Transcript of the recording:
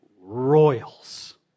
royals